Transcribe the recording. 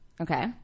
Okay